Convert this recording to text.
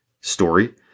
story